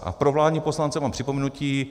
A pro vládní poslance mám připomenutí.